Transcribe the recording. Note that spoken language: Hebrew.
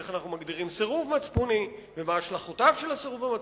איך אנחנו מגדירים סירוב מצפוני ומה השלכותיו של הסירוב המצפוני.